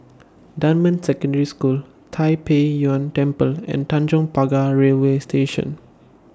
Dunman Secondary School Tai Pei Yuen Temple and Tanjong Pagar Railway Station